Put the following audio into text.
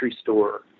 store